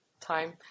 time